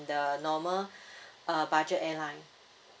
the normal uh budget airline